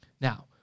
Now